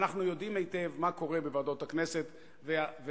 ואנחנו יודעים היטב מה קורה בוועדות הכנסת ועל